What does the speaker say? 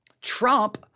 trump